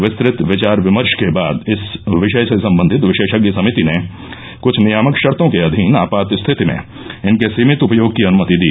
विस्तृत विचार विमर्श के बाद इस विषय से संबंधित विशेषज्ञ समिति ने कुछ नियामक शर्तो के अधीन आपात स्थिति में इनके सीमित उपयोग की अनुमति दी